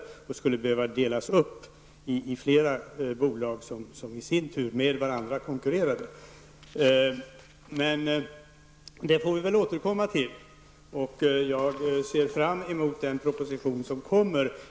Verket skulle behöva delas in i flera bolag som i sin tur skulle konkurrera med varandra. Men vi får återkomma till denna fråga. Jag ser fram emot den proposition som skall komma.